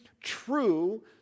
true